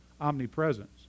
omnipresence